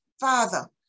Father